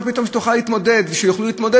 מה פתאום שתוכל להתמודד ושיוכלו להתמודד